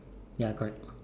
ya correct